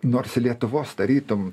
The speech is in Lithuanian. nors lietuvos tarytum